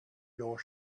your